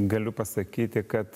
galiu pasakyti kad